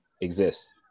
exists